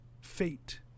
fate